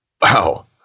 Wow